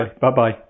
bye-bye